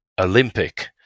Olympic